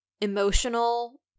emotional